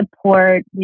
support